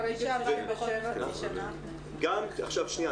(היו"ר עפר שלח, 11:05) גם 67,